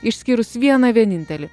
išskyrus vieną vienintelį